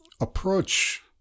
approach